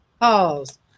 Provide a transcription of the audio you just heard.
Pause